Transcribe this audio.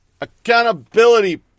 Accountability